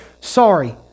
sorry